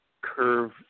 curve